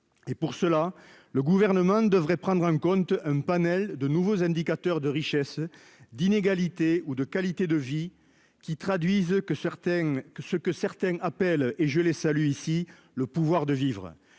et pour cela, le gouvernement devrait prendre en compte un panel de nouveaux indicateurs de richesse d'inégalité ou de qualité de vie qui traduisent que certains que ce que certains appellent et je les salue ici le pouvoir de vivre